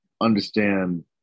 understand